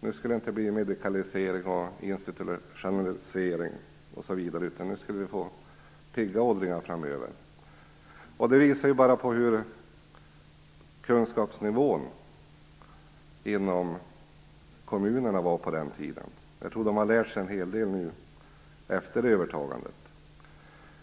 Det skulle inte bli medikalisering och institutionalisering osv., utan vi skulle få pigga åldringar framöver. Detta visar bara hur kunskapsnivån inom kommunerna var på den tiden. Jag tror att man i kommunerna har lärt sig en hel del efter övertagandet.